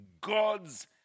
God's